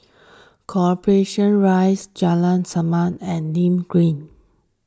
Corporation Rise Jalan Resak and Nim Green